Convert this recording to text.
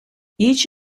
each